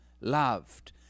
loved